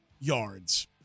yards